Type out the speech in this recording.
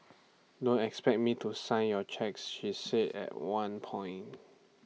don't expect me to sign your cheques she said at one point